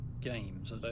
games